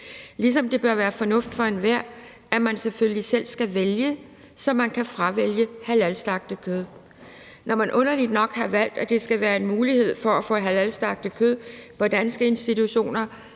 ligesom det bør være fornuft for enhver, at man selvfølgelig selv skal kunne vælge, sådan at man kan fravælge halalslagtet kød. Når man underligt nok har valgt, at der skal være mulighed for at få halalslagtet kød i danske institutioner,